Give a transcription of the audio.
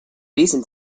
reason